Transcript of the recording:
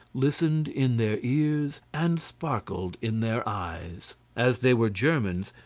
listened in their ears, and sparkled in their eyes. as they were germans,